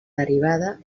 derivada